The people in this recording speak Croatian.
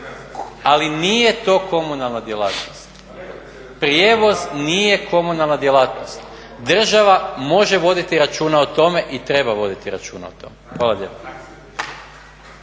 Ali nije to komunalna djelatnost. Prijevoz nije komunalna djelatnost. Država može voditi računa o tome i treba voditi računa o tome. Hvala lijepa.